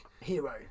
hero